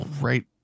right